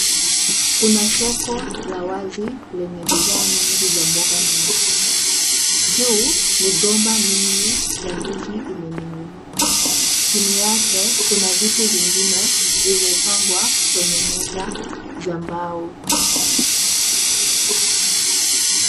Kuna soko la wazi lenye bidhaa nyingi za mboga na matunda. Juu migomba mingi ya ndizi imening'inia, chini yake kuna vitu vingine vimepangwa kwenye meza za mbao.